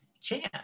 chance